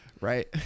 Right